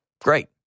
Great